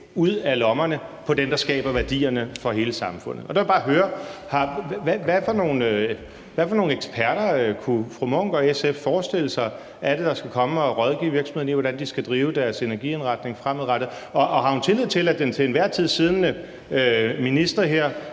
ud af lommerne på dem, der skaber værdierne for hele samfundet. Der vil jeg bare høre: Hvad for nogle eksperter kunne fru Signe Munk og SF forestille sig det er, der skal komme og rådgive virksomhederne i, hvordan de skal drive deres energiindretning fremadrettet, og har hun tillid til, at den til enhver tid siddende minister,